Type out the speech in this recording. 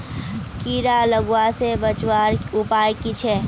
कीड़ा लगवा से बचवार उपाय की छे?